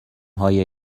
های